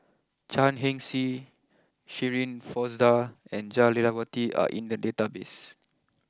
Chan Heng Chee Shirin Fozdar and Jah Lelawati are in the database